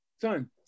son